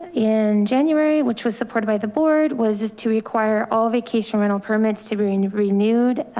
in january, which was supported by the board was just to require all vacation rental permits to be and renewed.